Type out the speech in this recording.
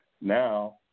now